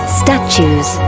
statues